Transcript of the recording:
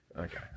Okay